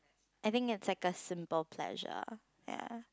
I think it's like a simple pleasure ya